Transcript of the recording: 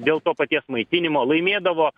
dėl to paties maitinimo laimėdavo